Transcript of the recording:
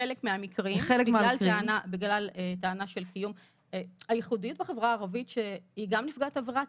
נשלחת לשהות --- הייחודיות בחברה הערבית היא שהיא גם נפגעת עבירת